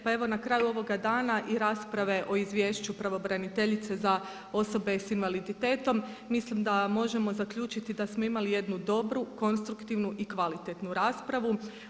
Pa evo na kraju ovoga dana i rasprave o izvješću pravobraniteljice za osobe sa invaliditetom, mislim da možemo zaključiti da smo imali jednu dobru, konstruktivnu i kvalitetnu raspravu.